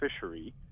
fishery